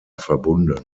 verbunden